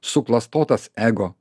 suklastotas ego